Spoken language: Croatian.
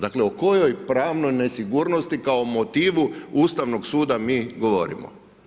Dakle, o kojoj pravnoj nesigurnosti, kao motivu Ustavnog suda mi govorimo.